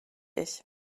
ich